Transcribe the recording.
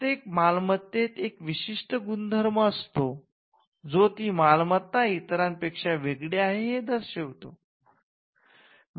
प्रत्येक मालमत्तेत एक विशिष्ट गुणधर्म असतो जो ती मालमत्ता इतरांपेक्षा वेगळी आहे हे दर्शवितो